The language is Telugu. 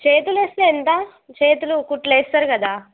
చేతులు వేస్తే ఎంత చేతులు కుట్లు వేస్తారు కదా